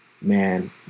man